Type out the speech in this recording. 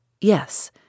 Yes